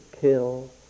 kill